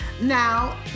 Now